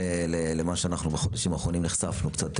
למה שאנחנו נחשפנו בחודשים האחרונים בתקשורת,